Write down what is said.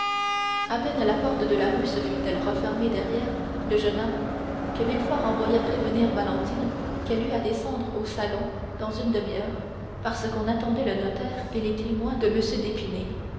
à peine la porte de la rue se fut-elle refermée derrière le jeune homme que villefort envoya prévenir valentine qu'elle eût à descendre au salon dans une demi-heure parce qu'on attendait le notaire et les témoins de